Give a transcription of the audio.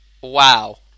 wow